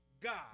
God